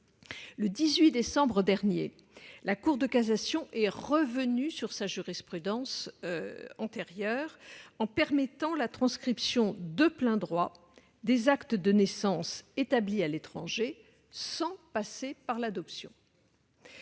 Le 18 décembre dernier, la Cour de cassation est revenue sur sa jurisprudence antérieure, en permettant la transcription de plein droit des actes de naissance établis à l'étranger sans passer par l'adoption.